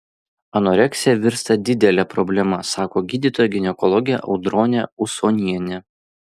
anoreksija virsta didele problema sako gydytoja ginekologė audronė usonienė